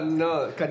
no